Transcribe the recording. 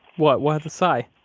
what? why the sigh?